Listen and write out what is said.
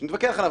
תגידו.